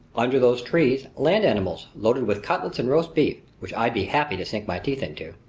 under those trees land animals loaded with cutlets and roast beef, which i'd be happy to sink my teeth into.